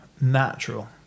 natural